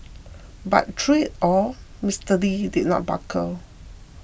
but through it all Mister Lee did not buckle